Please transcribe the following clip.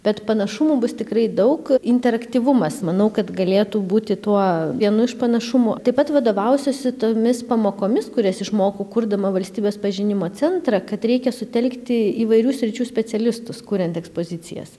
bet panašumų bus tikrai daug interaktyvumas manau kad galėtų būti tuo vienu iš panašumų taip pat vadovausiuosi tomis pamokomis kurias išmokau kurdama valstybės pažinimo centrą kad reikia sutelkti įvairių sričių specialistus kuriant ekspozicijas